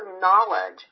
knowledge